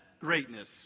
greatness